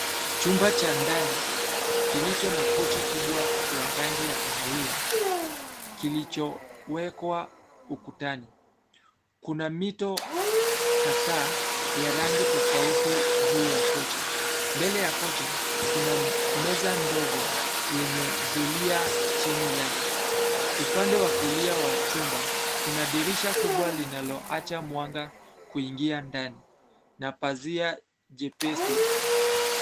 Chumba cha ndani kilicho na kochi kubwa ya rangi ya kahawia kilicho wekwa ukutani. Kuna mito kathaa ya rangi tofauti juu ya kochi. Mbele ya kochi kuna meza ndogo yenye zulia chini yake. Upande wa kulia wa chumba kuna dirisha kubwa linaloacha mwanga kuingia ndani na pazia jepesi.